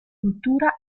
cultura